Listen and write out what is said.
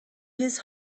his